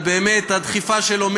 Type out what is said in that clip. על הדחיפה שלו,